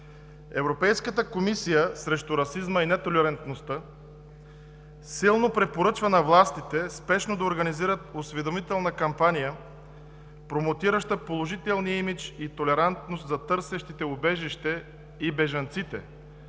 Европейската комисия срещу расизма и нетолерантността силно препоръчва на властите спешно да организират осведомителна кампания, промотираща положителния имидж и толерантност за търсещите убежище и бежанците,